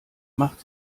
machte